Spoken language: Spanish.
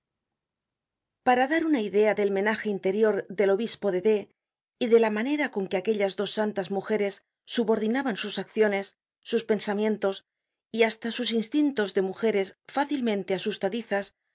para dar una idea del menaje interior del obispo de d y de la manera con que aquellas dos santas mujeres subordinaban sus acciones sus pensamientos y hasta sus instintos de mujeres fácilmente asustadizas